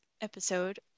episode